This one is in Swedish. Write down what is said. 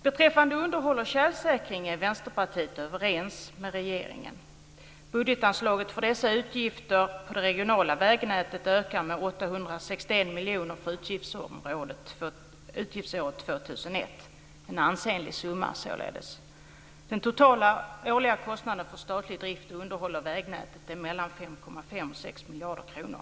Beträffande underhåll och tjälsäkring är Vänsterpartiet överens med regeringen. Budgetanslaget för dessa utgifter på det regionala vägnätet ökar med 861 miljoner för utgiftsåret 2001. Det är således en ansenlig summa. Den totala årliga kostnaden för statlig drift och underhåll av vägnätet ligger mellan 5,5 och 6 miljarder kronor.